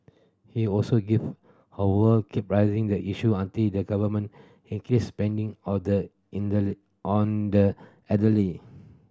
he also give how would keep raising the issue until the Government increased spending all the in the on the elderly